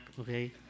okay